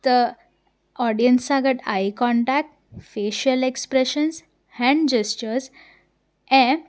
त ऑडियंस सां गॾु eye contact facial expressions hand gestures ऐं